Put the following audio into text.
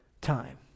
time